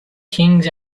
kings